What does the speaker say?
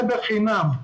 זה בחינם.